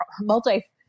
multi